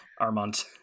Armand